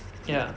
ya